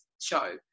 show